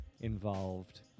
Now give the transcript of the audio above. involved